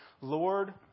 Lord